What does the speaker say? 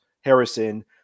Harrison